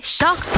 Shock